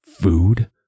food